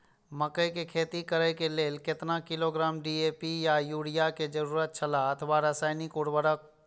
मकैय के खेती करे के लेल केतना किलोग्राम डी.ए.पी या युरिया के जरूरत छला अथवा रसायनिक उर्वरक?